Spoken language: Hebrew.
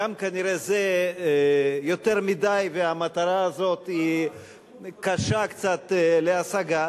כנראה גם זה יותר מדי והמטרה הזאת קשה קצת להשגה.